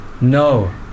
No